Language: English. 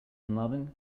unloving